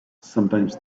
sometimes